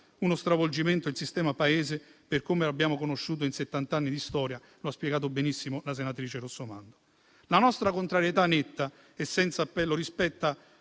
uno stravolgimento del sistema Paese per come lo abbiamo conosciuto in settanta anni di storia, come spiegato prima ma benissimo dalla senatrice Rossomando. La nostra contrarietà netta e senza appello rispetto